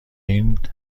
این